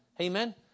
Amen